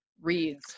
reads